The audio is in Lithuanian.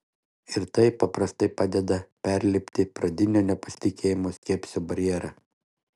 ir tai paprastai padeda perlipti pradinio nepasitikėjimo skepsio barjerą